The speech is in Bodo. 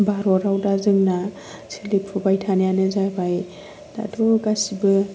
भारताव दा जोंना सोलिफुबाय थानायानो जाबाय दाथ' गासिबो